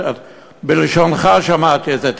בלשונך שמעתי את זה.